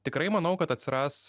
tikrai manau kad atsiras